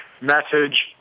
message